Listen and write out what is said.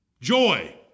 joy